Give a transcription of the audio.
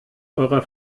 eurer